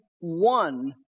one